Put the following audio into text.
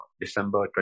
December